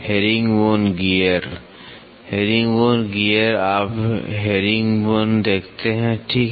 herringbone gear herringbone gear आप herringbone देखते हैं ठीक है